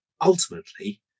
ultimately